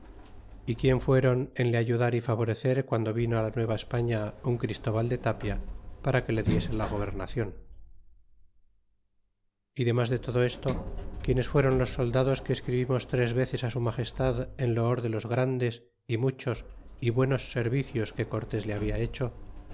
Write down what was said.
y quien fueron en le ayudar y favorecer guando vino la nueva españa un christóbal de tapia para que le diese la gobernacion y demas de todo esto quienes fueron los soldados que escribimos tres veces su magestad en loor de los grandes y muchos y buenos servicios que cortes le habla hecho